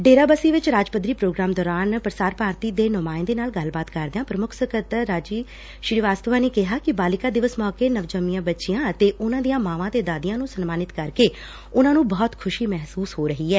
ਡੇਰਾ ਬੱਸੀ ਵਿਚ ਰਾਜਪੱਧਰੀ ਪ੍ਰੋਗਰਾਮ ਦੌਰਾਨ ਪ੍ਰਸਾਰਭਾਰਤੀ ਦੇ ਨੁਮਾਇੰਦੇ ਨਾਲ ਗੱਲਬਾਤ ਕਰਦਿਆਂ ਪ੍ਰਮੁੱਖ ਸਕੱਤਰ ਰਾਜੀ ਸ੍ਰੀਵਾਸਤਵ ਨੇ ਕਿਹਾ ਕਿ ਬਾਲਿਕਾ ਦਿਵਸ ਮੌਕੇ ਨਵਜੰਮੀਆਂ ਬੱਚੀਆਂ ਅਤੇ ਉਨੂਾਂ ਦੀਆਂ ਮਾਵਾਂ ਤੇ ਦਾਦੀਆਂ ਨੂੰ ਸਨਮਾਨਿਤ ਕਰਕੇ ਉਨੂਾਂ ਨੂੰ ਬਹੁਤ ਖੁਸ਼ੀ ਮਹਿਸੂਸ ਹੋ ਰਹੀ ਐ